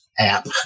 app